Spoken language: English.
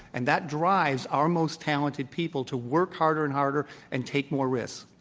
and that drives our most talented people to work harder and harder and take more risks.